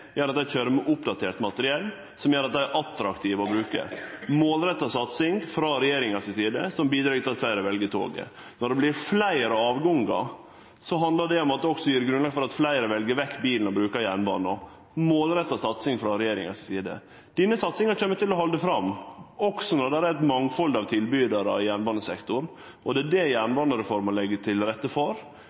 gjer at dei køyrer med oppdatert materiell, som gjer at dei er attraktive å bruke – målretta satsing frå regjeringa si side, som bidreg til at fleire vel toget. Når det vert fleire avgangar, handlar det om at det også gjev grunnlag for at fleire vel vekk bilen og bruker jernbana – målretta satsing frå regjeringa si side. Denne satsinga kjem til å halde fram også når det er eit mangfald av tilbydarar i jernbanesektoren, og det er det jernbanereforma legg til rette for.